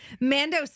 Mando